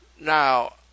Now